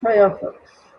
firefox